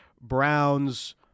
Browns